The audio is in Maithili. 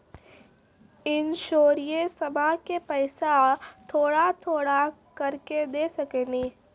इंश्योरेंसबा के पैसा थोड़ा थोड़ा करके दे सकेनी?